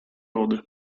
lode